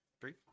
three